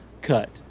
cut